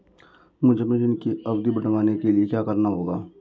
मुझे अपने ऋण की अवधि बढ़वाने के लिए क्या करना होगा?